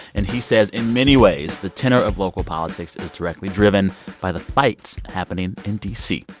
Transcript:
and he says in many ways, the tenor of local politics is directly driven by the fights happening in d c.